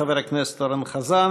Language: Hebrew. חבר הכנסת אורן חזן,